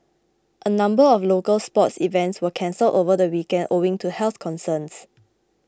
a number of local sports events were cancelled over the weekend owing to health concerns